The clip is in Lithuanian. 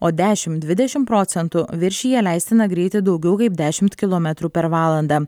o dešim dvidešim procentų viršija leistiną greitį daugiau kaip dešimt kilometrų per valandą